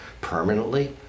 permanently